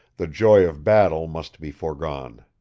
the joy of battle must be foregone.